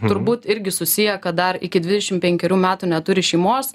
turbūt irgi susiję kad dar iki dvidešimt penkerių metų neturi šeimos